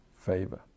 favor